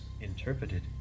Interpreted